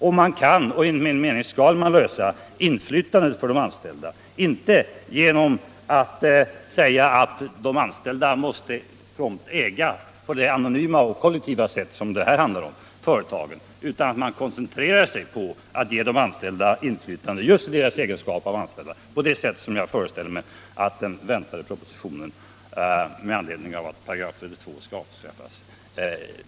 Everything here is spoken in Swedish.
Och man kan och skall enligt min mening lösa frågan om inflytande för de anställda genom att man koncentrerar sig på att ge de anställda inflytande på det sätt som jag föreställer mig att man är inne på i den väntade s.k. § 32-propositionen.